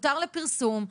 'הותר לפרסום'.